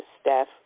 Steph